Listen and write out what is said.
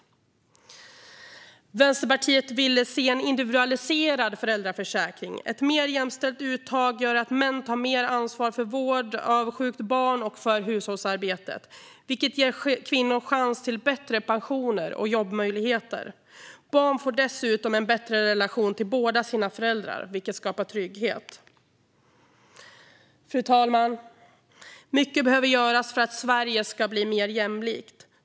Vänsterpartiet vill se en individualiserad föräldraförsäkring. Ett mer jämställt uttag gör att män tar mer ansvar för vård av sjukt barn och för hushållsarbetet, vilket ger kvinnor chans till bättre pensioner och jobbmöjligheter. Barn får dessutom en bättre relation till båda sina föräldrar, vilket skapar trygghet. Fru talman! Mycket behöver göras för att Sverige ska bli mer jämlikt.